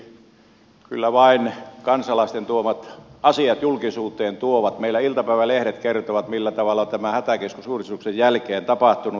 arvoisa ministeri kyllä vain kansalaisten tuomat asiat julkisuuteen tuovat ja meillä iltapäivälehdet kertovat millä tavalla tämän hätäkeskusuudistuksen jälkeen on tapahtunut